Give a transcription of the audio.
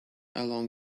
along